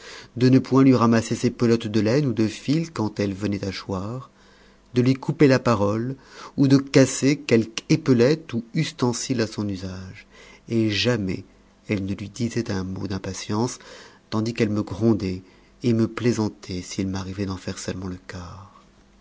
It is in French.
de ne point lui ramasser ses pelotes de laine ou de fil quand elles venaient à choir de lui couper la parole ou de casser quelque épelette ou ustensile à son usage et jamais elle ne lui disait un mot d'impatience tandis qu'elle me grondait et me plaisantait s'il m'arrivait d'en faire seulement le